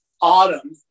autumn